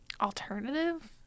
alternative